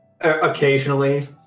Occasionally